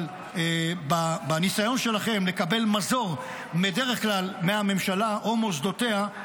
אבל בניסיון שלכם לקבל מזור בדרך כלל מהממשלה או מוסדותיה,